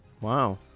Wow